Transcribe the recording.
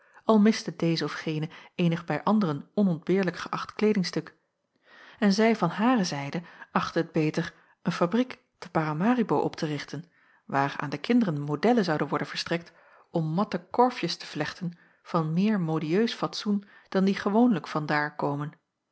al miste deze of gene eenig bij anderen onontbeerlijk geächt kleedingstuk en zij van hare zijde achtte het beter een fabriek te paramaribo op te richten waar aan de kinderen modellen zouden worden verstrekt om matten korfjes te vlechten van meer modieusch fatsoen dan die gewoonlijk vandaar komen